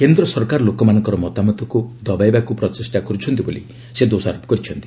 କେନ୍ଦ୍ର ସରକାର ଲୋକମାନଙ୍କର ମତାମତକ୍ ଦବାଇବାକୁ ପ୍ରଚେଷ୍ଟା କରୁଛନ୍ତି ବୋଲି ସେ ଦୋଷାରୋପ କରିଛନ୍ତି